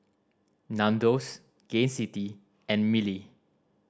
Nandos Gain City and Mili